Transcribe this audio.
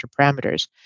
parameters